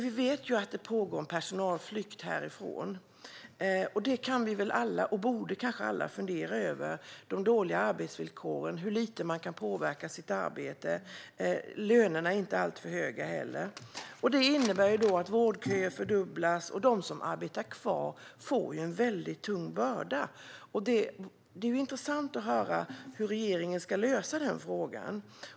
Vi vet att det pågår en personalflykt, och vi alla borde kanske fundera över de dåliga arbetsvillkoren och hur lite som man kan påverka sitt arbete. Lönerna är inte heller alltför höga. Det innebär att vårdköerna fördubblas och att de som jobbar kvar får en mycket tung börda. Det är intressant att höra hur regeringen ska lösa denna fråga.